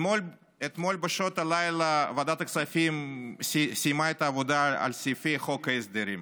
אתמול בשעות הלילה ועדת הכספים סיימה את העבודה על סעיפי חוק ההסדרים.